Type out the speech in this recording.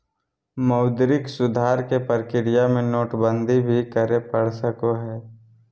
मौद्रिक सुधार के प्रक्रिया में नोटबंदी भी करे पड़ सको हय